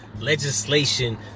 legislation